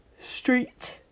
Street